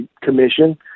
Commission